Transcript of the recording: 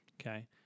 Okay